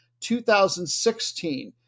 2016